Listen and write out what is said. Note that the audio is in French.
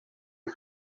est